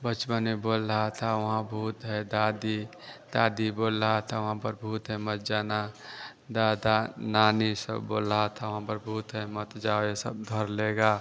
बचपन में बोल रहा था वहाँ भूत है दादी दादी बोल रही थी वहाँ पर भूत है मत जाना दादा नानी सब बोल रहे थे वहाँ पर भूत है मत जाओ यह सब डर लेगा